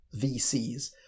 VCs